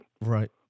Right